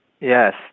Yes